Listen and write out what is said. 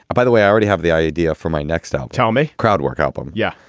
by the way, i already have the idea for my next style. tell me. crowd work out home. yeah.